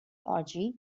orgy